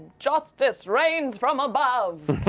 justice rains from above!